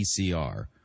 PCR